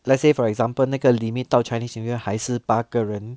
let's say for example 那个 limit 到 chinese new year 还是八个人